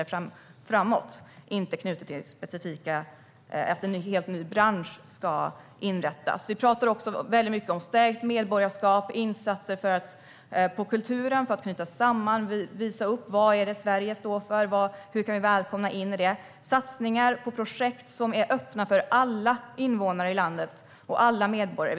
Det är alltså inte knutet till att någon helt ny bransch ska inrättas. Vi talar också mycket om stärkt medborgarskap, insatser genom kulturen för att knyta samman, visa upp vad Sverige står för och hur vi kan välkomna människor in i det. Vi gör satsningar på projekt som är öppna för alla invånare i landet och alla medborgare.